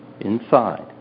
inside